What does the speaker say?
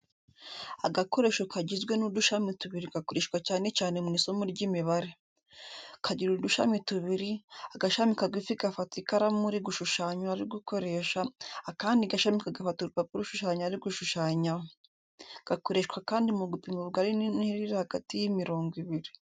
Agakoresho kagizwe n'udushami tubiri gakoreshwa cyane cyane mu isomo ry'imibare. Kagira udushami tubiri, agashami kagufi gafata ikaramu uri gushushanya ari gukoresha, akandi gashami kagafata urupapuro ushushanya ari gushushanyaho. Gakoreshwa kandi mu gupima ubugari n'intera iri hagati y'imirongo ibiri.